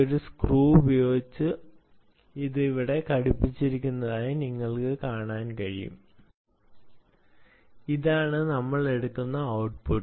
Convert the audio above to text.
ഒരു സ്ക്രൂ ഉപയോഗിച്ച് ഇത് ഇവിടെ ഘടിപ്പിച്ചിരിക്കുന്നതായി നിങ്ങൾക്ക് കാണാൻ കഴിയും ഇതാണ് നമ്മൾ എടുക്കുന്ന ഔട്ട്പുട്ട്